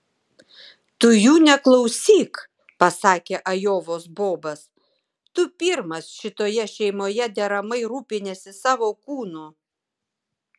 tu jų neklausyk pasakė ajovos bobas tu pirmas šitoje šeimoje deramai rūpiniesi savo kūnu